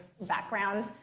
background